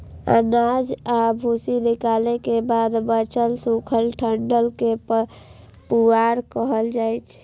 अनाज आ भूसी निकालै के बाद बांचल सूखल डंठल कें पुआर कहल जाइ छै